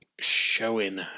showing